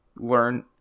learn